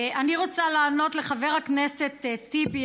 אני רוצה לענות לחבר הכנסת טיבי,